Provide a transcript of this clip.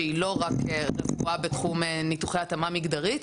שהיא לא רק רפואה שקשורה לניתוחים בתחום התאמה מגדרית.